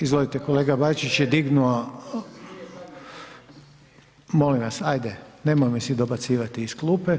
Izvolite kolega Bačić je dignuo, molim vas ajde, nemojmo si dobacivati iz klupe.